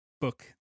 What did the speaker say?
book